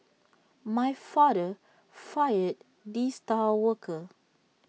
my father fired the star worker